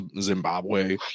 Zimbabwe